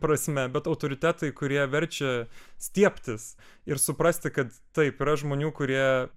prasme bet autoritetai kurie verčia stiebtis ir suprasti kad taip yra žmonių kurie